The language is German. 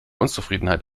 unzufriedenheit